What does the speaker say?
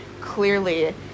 clearly